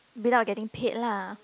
without getting paid lah